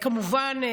כמובן,